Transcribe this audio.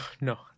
no